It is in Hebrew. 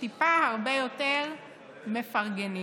וטיפה הרבה יותר מפרגנים.